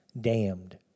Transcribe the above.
Damned